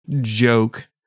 Joke